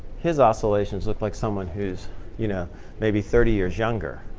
his oscillations look like someone who's you know maybe thirty years younger.